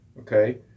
Okay